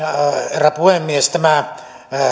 herra puhemies tämä